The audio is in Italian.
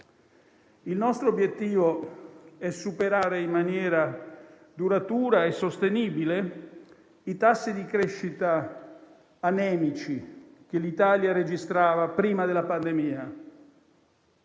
Il nostro obiettivo è superare in maniera duratura e sostenibile i tassi di crescita anemici che l'Italia registrava prima della pandemia.